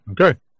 okay